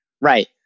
Right